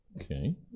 Okay